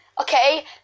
okay